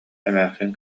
эмээхсин